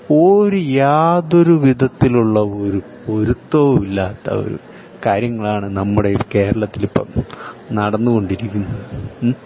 ഒരു യാതൊരു വിധത്തിലുള്ള ഒരു പൊരുത്തവുമില്ലാത്ത ഒരു കാര്യങ്ങളാണ് നമ്മുടെ കേരളത്തിൽ ഇപ്പം നടന്നു കൊണ്ടിരിക്കുന്നത്